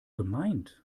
gemeint